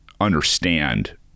understand